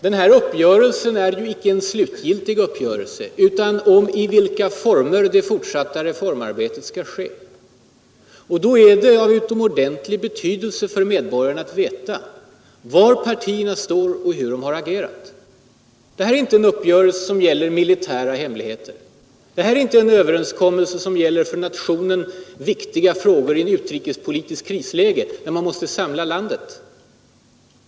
Den här uppgörelsen är ju inte slutgiltig. Den handlar om i vilka former det fortsatta reformarbetet skall ske. Då är det av utomordentlig betydelse för medborgarna att veta var partierna står och hur de har agerat. Det här är inte en uppgörelse som gäller militära hemligheter. Det är inte en överenskommelse som gäller för nationen viktiga frågor i ett utrikespolitiskt krisläge där man måste samla landet.